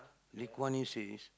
Lee Kuan Yew says